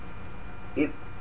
it